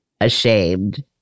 ashamed